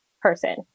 person